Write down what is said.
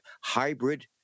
hybrid